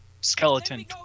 skeleton